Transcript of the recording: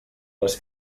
les